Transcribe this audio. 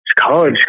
College